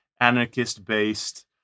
anarchist-based